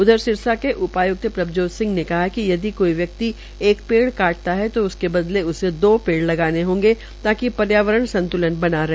उधर सिरसा के उपायुक्त प्रभजोत सिंह ने कहा कि यदि कोई व्यक्ति एक पेड़ काटता है तो उसे दो पेड़ लगाने होंगे ताक पर्यावरण संत्लन बना रहे